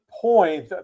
point